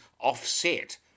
offset